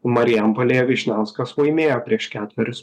marijampolėje vyšniauskas laimėjo prieš ketverius